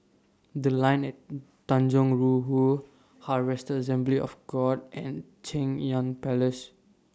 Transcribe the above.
The Line At Tanjong Rhu Harvester Assembly of God and Cheng Yan Palace